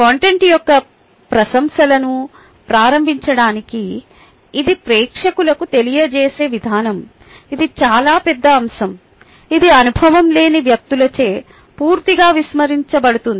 content యొక్క ప్రశంసలను ప్రారంభించడానికి ఇది ప్రేక్షకులకు తెలియజేసే విధానం ఇది చాలా పెద్ద అంశం ఇది అనుభవం లేని వ్యక్తులచే పూర్తిగా విస్మరించబడుతుంది